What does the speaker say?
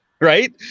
Right